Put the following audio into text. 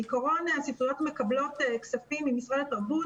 בעיקרון הספריות מקבלות כספים ממשרד התרבות,